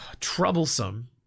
troublesome